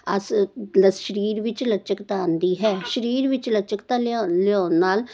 ਆਸ ਸਰੀਰ ਵਿੱਚ ਵੀ ਲਚਕਤਾ ਆਉਂਦੀ ਹੈ ਸਰੀਰ ਵਿੱਚ ਲੱਚਕਤਾ ਲਿਉਣ ਲਿਆਉਣ ਨਾਲ